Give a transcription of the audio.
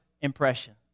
impression